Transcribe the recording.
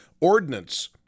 ordinance